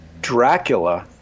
Dracula